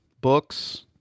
books